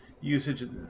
usage